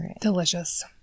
Delicious